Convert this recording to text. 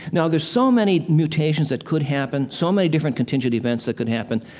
now, there's so many mutations that could happen, so many different contingent events that could happen,